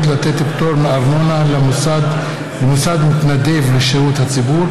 לתת פטור מארנונה למוסד מתנדב לשירות הציבור),